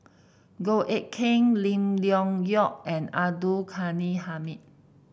Goh Eck Kheng Lim Leong Geok and Abdul Ghani Hamid